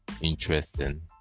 interesting